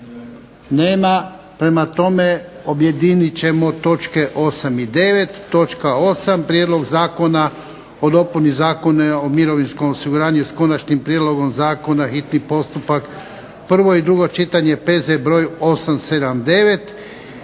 Nema. Prema tome objedinit ćemo točke 8. I 9. 8. Prijedlog zakona o dopuni Zakona o mirovinskom osiguranju, s Konačnim prijedlogom zakona, hitni postupak, prvo i drugo čitanje, P.Z. br. 879.